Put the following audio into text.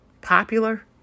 popular